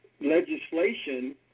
legislation